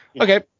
Okay